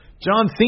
John